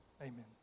amen